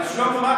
אבל שלמה,